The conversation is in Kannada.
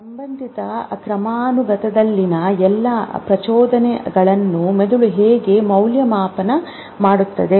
ಸಂಬಂಧಿತ ಕ್ರಮಾನುಗತದಲ್ಲಿನ ಎಲ್ಲಾ ಪ್ರಚೋದನೆಗಳನ್ನು ಮೆದುಳು ಹೇಗೆ ಮೌಲ್ಯಮಾಪನ ಮಾಡುತ್ತದೆ